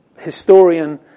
Historian